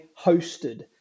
hosted